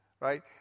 Right